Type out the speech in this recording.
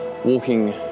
walking